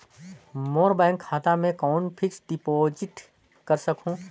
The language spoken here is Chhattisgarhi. मोर बैंक खाता मे कौन फिक्स्ड डिपॉजिट कर सकहुं?